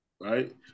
right